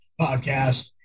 podcast